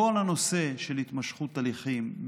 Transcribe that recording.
כל הנושא של התמשכות הליכים,